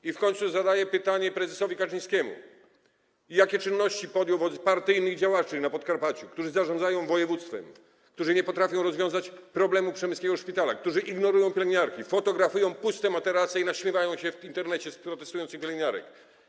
I w końcu zadaję pytanie prezesowi Kaczyńskiemu, jakie czynności podjął wobec partyjnych działaczy na Podkarpaciu, którzy zarządzają województwem, którzy nie potrafią rozwiązać problemu przemyskiego szpitala, którzy ignorują pielęgniarki, fotografują puste materace i naśmiewają się w Internecie z protestujących pielęgniarek.